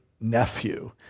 nephew